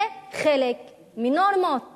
זה חלק מנורמות